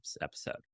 episode